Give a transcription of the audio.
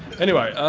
anyway